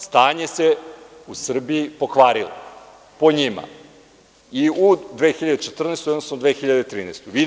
Stanje se u Srbiji pokvarilo, po njima, i u 2014. u odnosu na 2013. godini.